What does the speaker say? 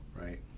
Right